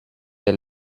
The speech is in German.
der